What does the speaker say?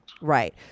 Right